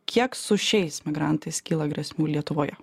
kiek su šiais migrantais kyla grėsmių lietuvoje